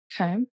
Okay